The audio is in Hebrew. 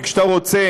כי כשאתה רוצה